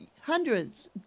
hundreds